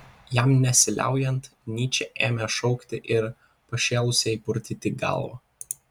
jam nesiliaujant nyčė ėmė šaukti ir pašėlusiai purtyti galvą